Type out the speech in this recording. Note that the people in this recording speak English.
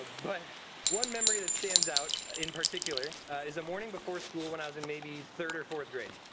but one memory that stands out in particular is a morning before school when i was in maybe third or fourth grade.